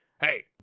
hey